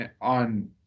on